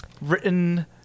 Written